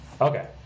Okay